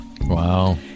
Wow